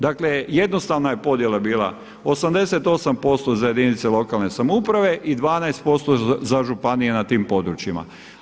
Dakle jednostavna je podjela bila, 88% za jedinice lokalne samouprave i 12% za županije na tim područjima.